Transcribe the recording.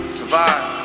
survive